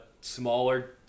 smaller